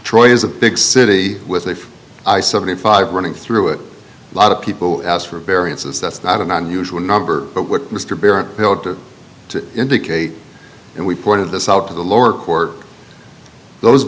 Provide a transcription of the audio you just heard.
troy is a big city with if i seventy five running through it a lot of people ask for variances that's not an unusual number but what mr barrett failed to to indicate and we pointed this out to the lower court those